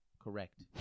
Correct